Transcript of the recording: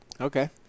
okay